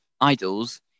idols